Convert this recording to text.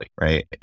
right